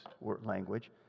language